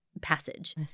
passage